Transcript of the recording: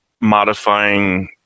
modifying